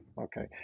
Okay